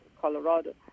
Colorado